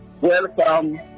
welcome